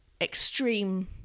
extreme